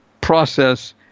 process